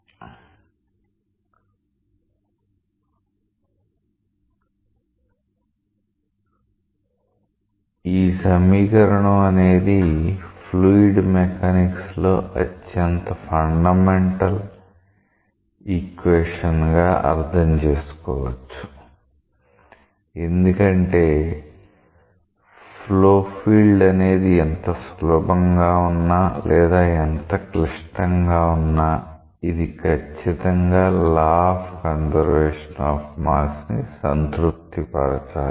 where and ఈ సమీకరణం అనేది ఫ్లూయిడ్ మెకానిక్స్ లో అత్యంత ఫండమెంటల్ డిఫరెన్షియల్ ఈక్వేషన్ గా అర్థం చేసుకోవచ్చు ఎందుకంటే ఫ్లో ఫీల్డ్ అనేది ఎంత సులభంగా ఉన్నా లేదా ఎంత క్లిష్టంగా ఉన్నా అది ఖచ్చితంగా law of conservation of mass ని సంతృప్తిపరచాలి